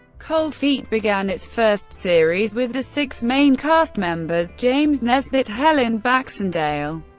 cold feet began its first series with the six main cast members james nesbitt, helen baxendale,